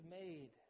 made